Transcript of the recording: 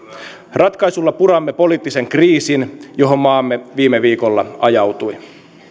ratkaisulla puramme poliittisen kriisin johon maamme viime viikolla ajautui